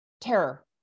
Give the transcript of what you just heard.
terror